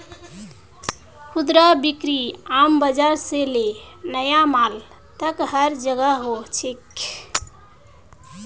खुदरा बिक्री आम बाजार से ले नया मॉल तक हर जोगह हो छेक